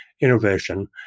innovation